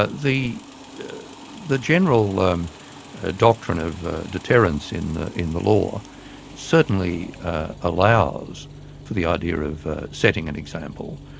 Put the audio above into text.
ah the the general um ah doctrine of deterrence in in the law certainly allows for the idea of setting an example,